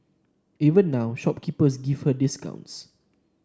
even now shopkeepers give her discounts